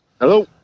Hello